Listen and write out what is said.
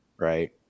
right